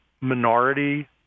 minority